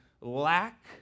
lack